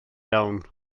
iawn